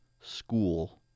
school